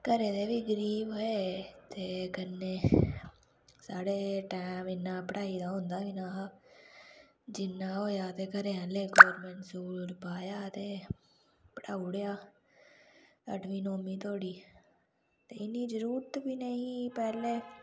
घरे दे बी गरीब हे कन्नै स्हाड़े टैम इन्ना पढ़ाई दा ओह् होंदा नी हा जिन्ना होएआ ते घरें आह्लें गौरमैंट स्कूल पाया हा ते पढ़ाऊ उड़ेया अठमीं नौमीं धोड़ी ते इन्नी जरूरत बी नेही पैहलें कुड़ियें गी